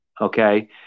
Okay